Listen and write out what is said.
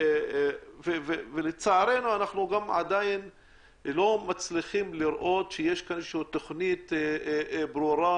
לצערנו אנחנו עדין לא מצליחים לראות שישנה תכנית ברורה,